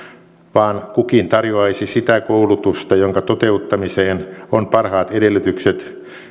vaan kukin tarjoaisi sitä koulutusta jonka toteuttamiseen on parhaat edellytykset